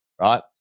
right